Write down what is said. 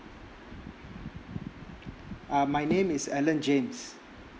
uh my name is alan james